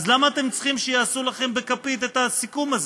אז למה אתם צריכים שיעשו לכם בכפית את הסיכום הזה?